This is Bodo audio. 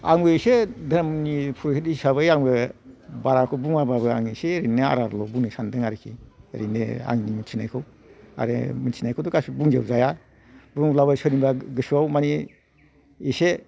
आंबो एसे धोरोमनि फुरुहिद हिसाबै आंबो बाराखौ बुङाबाबो आङो एसे ओरैनो आराल' बुंनो सानदों आरिखि ओरैनो आं मिथिनायखौ आरो मिथिनायखौथ' गासिबो बुंजोब जाया बुंब्लाबो सोरनिबा गोसोआव मानि एसे